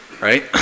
right